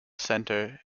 center